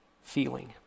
feeling